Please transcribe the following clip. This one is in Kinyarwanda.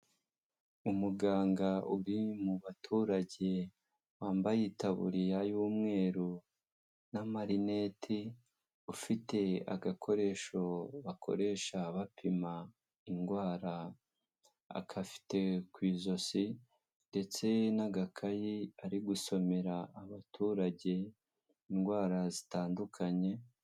Umuganga uri mu baturage wambaye itaburiya y'umweru n'amarinete, ufite agakoresho bakoresha bapima indwara, agafite ku ijosi ndetse n'agakayi ari gusomera abaturage indwara zitandukanye.